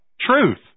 truth